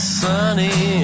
sunny